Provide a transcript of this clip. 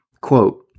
Quote